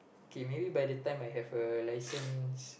okay maybe by the time I have a licence